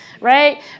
right